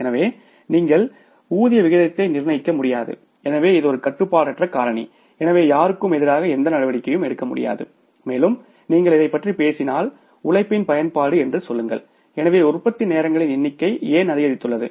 எனவே நீங்கள் ஊதிய விகிதத்தை நிர்ணயிக்க முடியாது எனவே இது ஒரு கட்டுப்பாடற்ற காரணி எனவே யாருக்கும் எதிராக எந்த நடவடிக்கையும் எடுக்க முடியாது மேலும் நீங்கள் இதைப் பற்றி பேசினால் உழைப்பின் பயன்பாடு என்று சொல்லுங்கள் எனவே உற்பத்தி நேரங்களின் எண்ணிக்கை ஏன் அதிகரித்துள்ளது